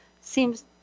seems